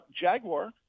Jaguar